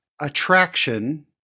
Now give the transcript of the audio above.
attraction